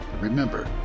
Remember